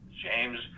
James